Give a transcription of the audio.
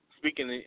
speaking